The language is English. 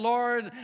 Lord